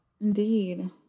Indeed